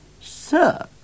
Sir